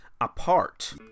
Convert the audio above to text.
Apart